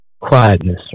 quietness